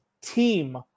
team